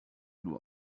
nur